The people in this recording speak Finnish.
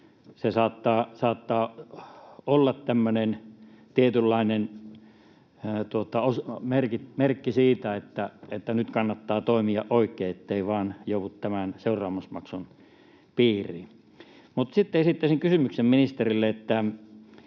se saattaa olla tämmöinen tietynlainen merkki siitä, että nyt kannattaa toimia oikein, ettei vain joudu tämän seuraamusmaksun piiriin. Sitten esittäisin kysymyksen ministerille: